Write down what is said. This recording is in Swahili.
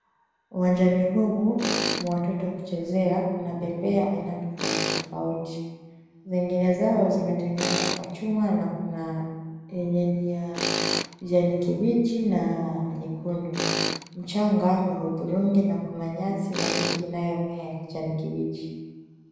Uwanjani humu mwa watoto kuchezea kuna bembea aina tofauti tofauti. Zingine zao zimetengenezwa kwa chuma na kuna yenye ni ya kijani kibichi na nyekundu. Mchanga ni wa hudhurungi na kuna nyasi na miti inayomea ya kijani kibichi.